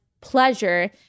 pleasure